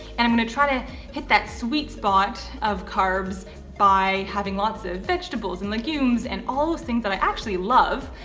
and i'm gonna try to hit that sweet spot of carbs by having lots of vegetables and legumes and all those things that i actually love.